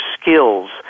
skills